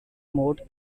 modes